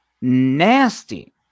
nasty